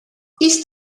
ist